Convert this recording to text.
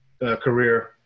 career